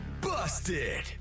busted